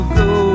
go